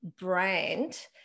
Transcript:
brand